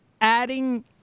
adding